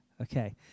Okay